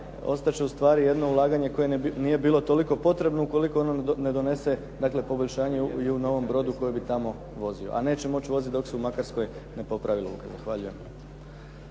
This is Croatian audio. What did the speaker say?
ostat će ustvari jedno ulaganje koje ustvari nije bilo toliko potrebno ukoliko ono ne donese poboljšanje u novom brodu koji bi tamo vozio a neće moći voziti dok se u Makarskoj ne popravi luka.